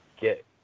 get